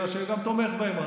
אלא גם תומך בהם.